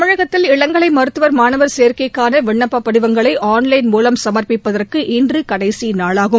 தமிழகத்தில் இளங்கலை மருத்துவ மாணவர் சேர்க்கைக்கான விண்ணப்ப படிவங்களை ஆன்லைள் மூலம் சமர்ப்பிப்பதற்கு இன்று கடைசி நாளாகும்